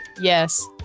Yes